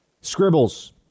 Scribbles